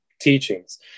teachings